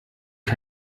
gar